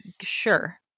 Sure